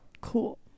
Cool